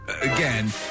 again